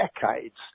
decades